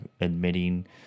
admitting